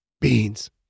Beans